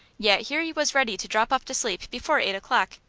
yet here he was ready to drop off to sleep before eight o'clock.